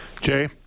Jay